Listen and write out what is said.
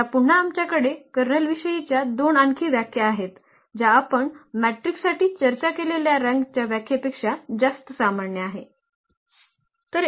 तर या पुन्हा आमच्याकडे कर्नलविषयीच्या दोन आणखी व्याख्या आहेत ज्या आपण मॅट्रिकसाठी चर्चा केलेल्या रँकच्या व्याख्येपेक्षा जास्त सामान्य आहेत